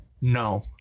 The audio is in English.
No